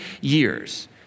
years